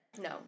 No